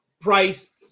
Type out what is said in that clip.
price